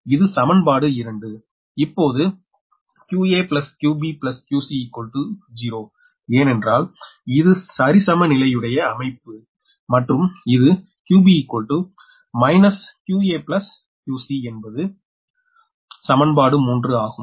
எனவே இது சமன்பாடு 2 இப்போது 𝑞𝑎 𝑞𝑏 𝑞𝑐 0 ஏனென்றால் இது சரிசமநிலையுடைய அமைப்பு மற்றும் இது 𝑞𝑏 −𝑞𝑎 𝑞𝑐 என்பது சமன்பாடு 3 ஆகும்